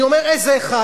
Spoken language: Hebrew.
אני אומר איזה אחד,